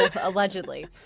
allegedly